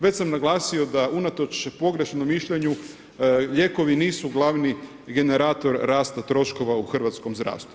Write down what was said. Već sam naglasio da unatoč pogrešnom mišljenju lijekovi nisu glavni generator rasta troškova u hrvatskom zdravstvu.